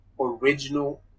original